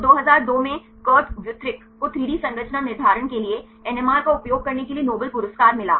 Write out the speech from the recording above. तो 2002 में Kurt Wuthrich को 3 डी संरचना निर्धारण के लिए एनएमआर का उपयोग करने के लिए नोबेल पुरस्कार मिला